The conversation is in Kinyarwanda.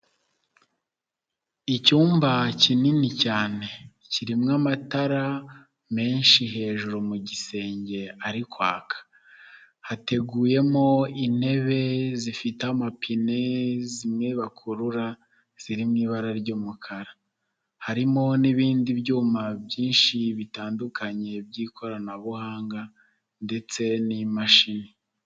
Icyumba kinini cyane kirimo amatara menshi hejuru mu gisenge ariko kwaka, hateguyemo intebe zifite amapine zimwe bakurura ziri mu ibara ry'umukara, harimo n'ibindi byuma byinshi bitandukanye by'ikoranabuhanga ndetse n'imashini.